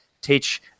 teach